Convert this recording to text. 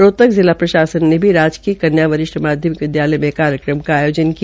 रोहतक जिला प्रशासन ने राजकीय कन्या वरिष्ठ माध्यमिक विदयालय में कार्यक्रम का आयोजन किया